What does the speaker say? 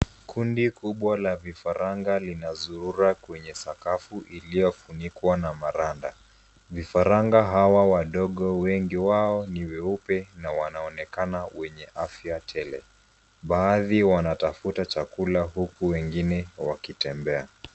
Kundi kubwa la vifaranga linazurura, kwenye sakafu iliyofunikwa na maranda. Vifaranga hawa wadogo ,wengi wao ni weupe na wanaonekana, wenye afya tele. Baadhi wanatafuta chakula huku wengine wakitembea.